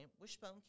Wishbone